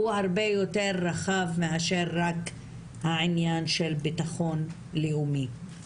הוא הרבה יותר רחב מאשר רק העניין של ביטחון לאומי.